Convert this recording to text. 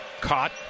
Caught